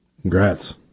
Congrats